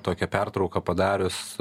tokią pertrauką padarius